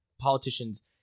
politicians